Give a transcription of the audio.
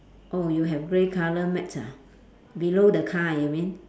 oh you have grey colour mat ah below the car you mean